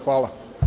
Hvala.